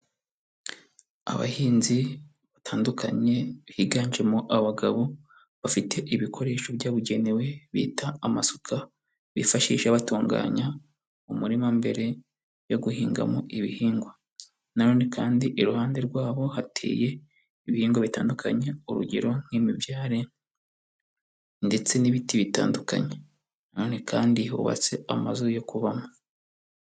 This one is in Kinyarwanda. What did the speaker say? Abahinzi batandukanye biganjemo abagabo, bafite ibikoresho byabugenewe bita amasuka, bifashisha batunganya umurima mbere yo guhingamo ibihingwa. Na none kandi iruhande rwabo hateye ibihingwa bitandukanye, urugero nk'imibyare ndetse n'ibiti bitandukanye. Nanone kandi hubatse amazu yo kubamo.